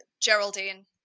Geraldine